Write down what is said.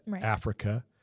Africa